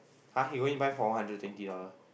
!huh! he go in buy for one hundred twenty dollar